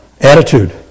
Attitude